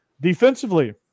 Defensively